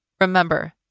Remember